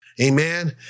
Amen